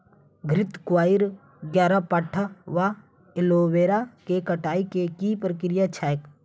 घृतक्वाइर, ग्यारपाठा वा एलोवेरा केँ कटाई केँ की प्रक्रिया छैक?